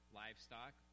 livestock